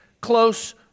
close